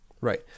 Right